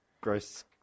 gross